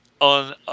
on